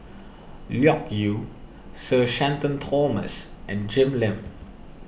Loke Yew Sir Shenton Thomas and Jim Lim